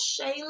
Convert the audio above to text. Shayla